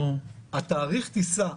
תאריך הטיסה,